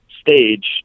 stage